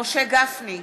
משה גפני,